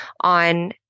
on